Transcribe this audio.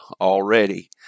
already